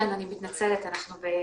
כן, אני מתנצלת, אנחנו בקפסולות.